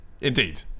Indeed